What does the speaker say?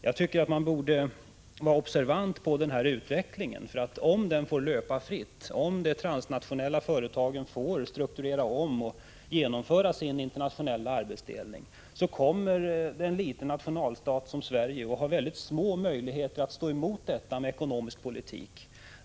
Jag tycker att man borde vara observant på denna utveckling. Om den får löpa fritt, om de transnationella företagen får strukturera om och genomföra sin internationella arbetsfördelning, kommer en liten nationalstat som Sverige att ha väldigt små möjligheter att stå emot denna utveckling genom ekonomisk politik.